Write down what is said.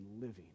living